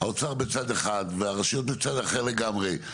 האוצר בצד אחד והרשויות בצד אחר לגמרי,